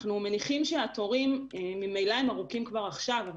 אנחנו מניחים שהתורים כבר ארוכים עכשיו,